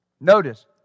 notice